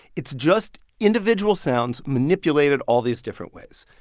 it's just individual sounds manipulated all these different ways.